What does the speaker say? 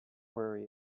worry